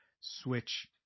switch